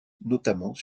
notamment